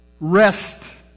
rest